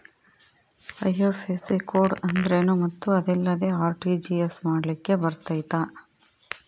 IFSC code ಅಂದ್ರೇನು ಮತ್ತು ಅದಿಲ್ಲದೆ ಆರ್.ಟಿ.ಜಿ.ಎಸ್ ಮಾಡ್ಲಿಕ್ಕೆ ಬರ್ತೈತಾ?